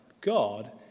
God